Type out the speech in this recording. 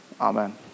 amen